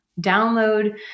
download